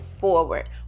forward